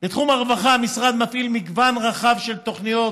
בתחום הרווחה המשרד מפעיל מגוון רחב של תוכניות